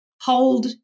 hold